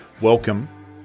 welcome